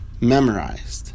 memorized